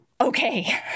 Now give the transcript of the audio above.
Okay